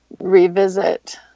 revisit